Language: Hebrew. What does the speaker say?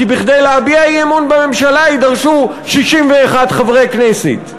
כי כדי להביע אי-אמון בממשלה יידרשו 61 חברי כנסת.